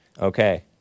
okay